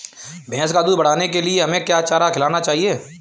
भैंस का दूध बढ़ाने के लिए हमें क्या चारा खिलाना चाहिए?